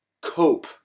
cope